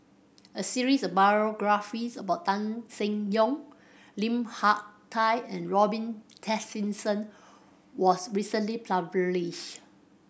a series of biographies about Tan Seng Yong Lim Hak Tai and Robin Tessensohn was recently published